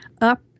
up